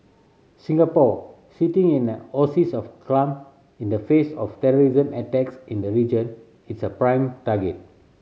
Singapore sitting in an oasis of calm in the face of terrorism attacks in the region is a prime target